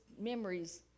memories